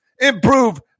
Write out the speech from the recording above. improve